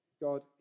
God